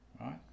Right